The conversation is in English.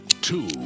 two